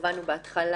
שהתכוונו בהתחלה.